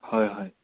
হয় হয়